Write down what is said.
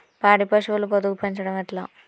పాడి పశువుల పొదుగు పెంచడం ఎట్లా?